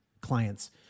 clients